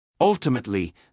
Ultimately